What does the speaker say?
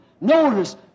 Notice